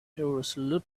irresolute